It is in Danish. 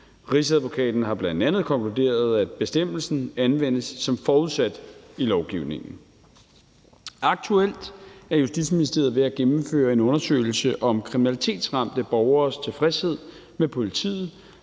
Rigsadvokaten har bl.a. konkluderet, at bestemmelsen anvendes som forudsat i lovgivningen. Aktuelt er Justitsministeriet ved at gennemføre en undersøgelse om kriminalitetsramte borgeres tilfredshed med politiet,